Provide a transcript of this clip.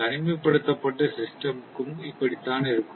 தனிமைப்படுத்தப்பட்ட சிஸ்டம் க்கும் இப்படித்தான் இருக்கும்